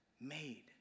made